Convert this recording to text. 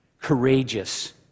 courageous